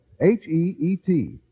H-E-E-T